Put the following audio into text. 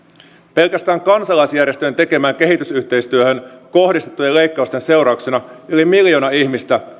pelkästään kansalaisjärjestöjen tekemään kehitysyhteistyöhön kohdistettujen leikkausten seurauksena yli miljoona ihmistä